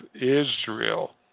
Israel